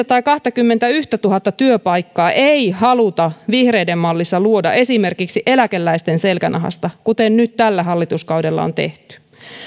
tai kahtakymmentätuhatta työpaikkaa ei haluta vihreiden mallissa luoda esimerkiksi eläkeläisten selkänahasta kuten nyt tällä hallituskaudella on tehty